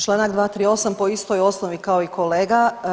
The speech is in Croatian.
Članak 238. po istoj osnovi kao i kolega.